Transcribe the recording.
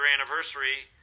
anniversary